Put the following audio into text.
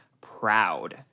proud